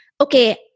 okay